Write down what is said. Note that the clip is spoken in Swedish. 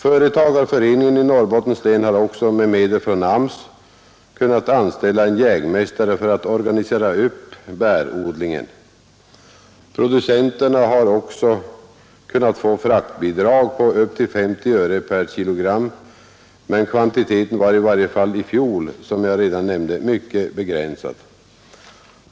Företagarföreningen i Norrbottens län har också med medel från AMS kunnat anställa en jägmästare för att organisera upp bärodlingen. Producenterna har också kunnat få fraktbidrag på upp till 50 öre per kg, men kvantiteten var i varje fall i fjol, som jag redan nämnt, mycket begränsad.